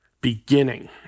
beginning